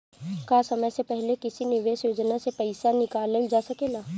का समय से पहले किसी निवेश योजना से र्पइसा निकालल जा सकेला?